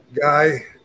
guy